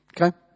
Okay